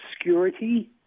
obscurity